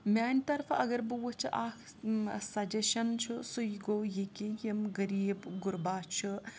میٛانہِ طرفہٕ اگر بہٕ وٕچھ اَکھ سَجَشَن چھُ سُہ یہِ گوٚو یہِ کہِ یِم غریٖب غُربا چھُ